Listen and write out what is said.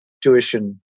tuition